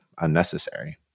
unnecessary